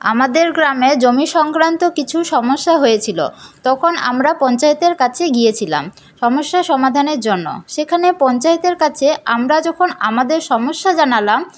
আমাদের গ্রামে জমি সংক্রান্ত কিছু সমস্যা হয়েছিল তখন আমরা পঞ্চায়েতের কাছে গিয়েছিলাম সমস্যা সমাধানের জন্য সেখানে পঞ্চায়েতের কাছে আমরা যখন আমাদের সমস্যা জানালাম